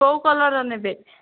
କେଉଁ କଲର୍ର ନେବେ